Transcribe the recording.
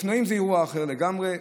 האופנועים זה אירוע אחר לגמרי.